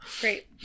great